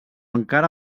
encara